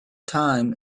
time